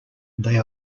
they